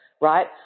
right